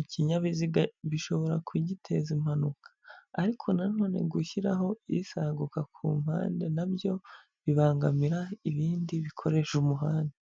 ikinyabiziga bishobora kugiteza impanuka, ariko na none gushyiraho iri isaguka ku mpande na byo bibangamira ibindi bikoresha umuhanda.